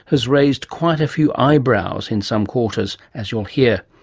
has raised quite a few eyebrows in some quarters, as you'll hear.